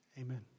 Amen